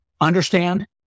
understand